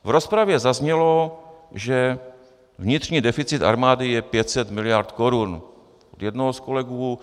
V rozpravě zaznělo, že vnitřní deficit armády je 500 mld. korun, od jednoho z kolegů.